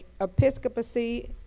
Episcopacy